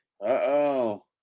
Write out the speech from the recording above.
Uh-oh